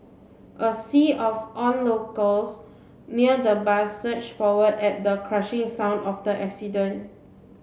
a sea of onlookers near the bus surged forward at the crushing sound of the accident